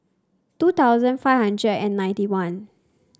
two thousand five hundred and ninety one